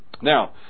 Now